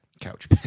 Couch